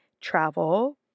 travel